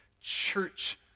church